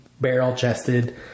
barrel-chested